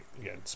Again